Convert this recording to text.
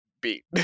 beat